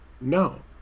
No